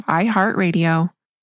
iHeartRadio